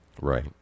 Right